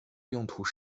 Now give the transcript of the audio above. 用途